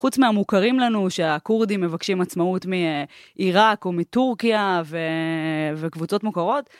חוץ מהמוכרים לנו שהכורדים מבקשים עצמאות מעיראק או מטורקיה וקבוצות מוכרות.